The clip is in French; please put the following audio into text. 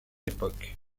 époque